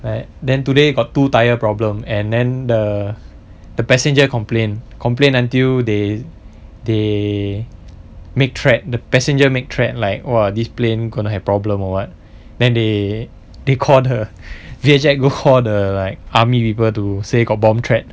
like then today got two tire problem and then the the passenger complain complain until they they make threat the passenger make threat like !wah! this plane gonna have problem or what then they they called the they actually go call the the like army people to say got bomb threat